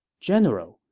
general,